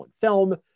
film